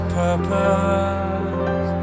purpose